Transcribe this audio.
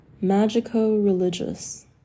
magico-religious